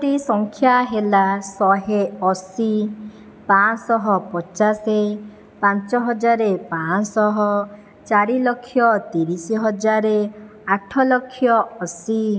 ଟି ସଂଖ୍ୟା ହେଲା ଶହେଅଶୀ ପାଞ୍ଚଶହପଚାଶ ପାଞ୍ଚହଜାର ପାଞ୍ଚଶହ ଚାରିଲକ୍ଷ ତିରିଶହଜାରେ ଆଠଲକ୍ଷ ଅଶୀ